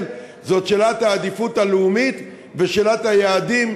זאת שאלת העדיפות הלאומית ושאלת היעדים,